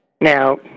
Now